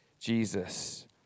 Jesus